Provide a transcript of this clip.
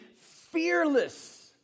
fearless